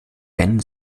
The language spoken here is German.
ben